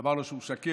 אמר לו שהוא משקר,